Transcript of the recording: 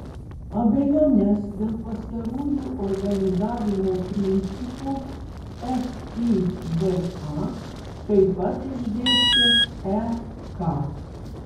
abejones dėl pastarųjų organizavimo principų fiba taip pat išdėstė ek